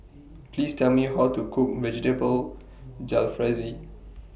Please Tell Me How to Cook Vegetable Jalfrezi